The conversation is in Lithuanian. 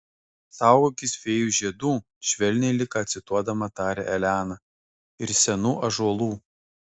saugokis fėjų žiedų švelniai lyg ką cituodama tarė elena ir senų ąžuolų